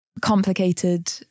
complicated